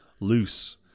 loose